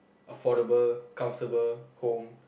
affordable comfortable home